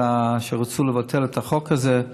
כשרצו לבטל את החוק הזה.